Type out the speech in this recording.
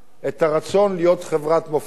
את הרצון להיות חברת מופת